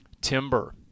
Timber